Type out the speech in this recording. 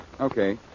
Okay